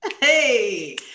Hey